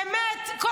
באמת,